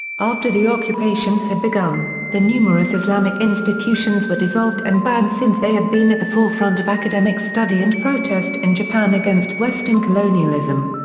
after the occupation had begun, the numerous islamic institutions were dissolved and banned since they had been at the forefront of academic study and protest in japan against western colonialism.